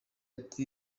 ati